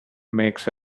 makes